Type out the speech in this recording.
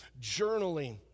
journaling